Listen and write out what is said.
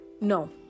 no